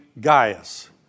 Gaius